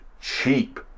Cheap